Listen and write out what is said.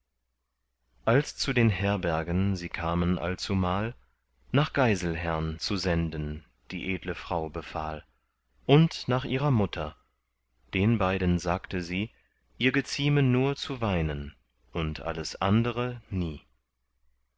als zu den herbergen sie kamen allzumal nach geiselhern zu senden die edle frau befahl und nach ihrer mutter den beiden sagte sie ihr gezieme nur zu weinen und alles andere nie